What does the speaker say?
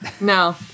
No